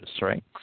right